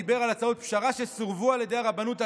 והוא דיבר על הצעות פשרה שסורבו על ידי הרבנות הראשית,